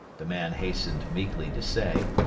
the man hastened meekly to say.